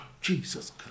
Jesus